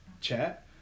chat